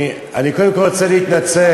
קודם כול, אני רוצה להתנצל.